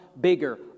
bigger